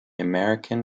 american